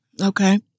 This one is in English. Okay